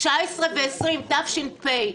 2020-2019 תש"פ.